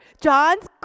John's